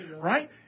right